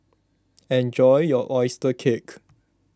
enjoy your Oyster Cake